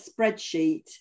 spreadsheet